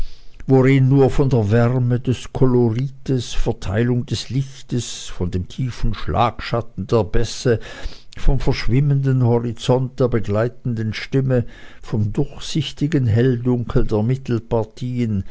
worin nur von der wärme des kolorites verteilung des lichtes von dem tiefen schlagschatten der bässe vom verschwimmenden horizonte der begleitenden stimmen vom durchsichtigen helldunkel der mittelpartien